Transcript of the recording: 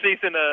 season